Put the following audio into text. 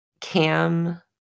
Cam